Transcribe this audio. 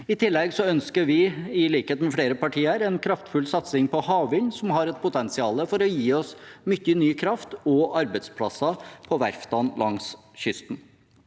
med flere partier, en kraftfull satsing på havvind, som har et potensial til å gi oss mye ny kraft og arbeidsplasser på verftene langs kysten.